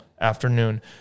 afternoon